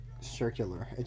circular